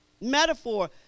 metaphor